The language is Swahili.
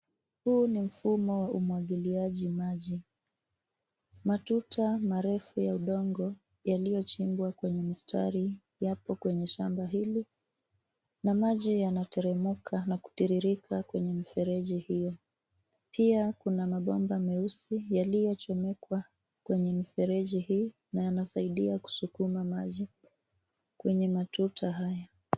Huu ni mfumo wa umwagiiaji maji matuta marefu ya udongo yaliyochimbwa kwenye mstari yako kwenye shamba hili na maji yanateremka na kutiririka kwenye mifereji hiyo pia kuna mabomba meusi yalliyochomkekwa kwenye mifereji hii na yanasaidia kusukuma maji kwenye matuta haya.